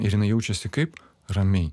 ir jinai jaučiasi kaip ramiai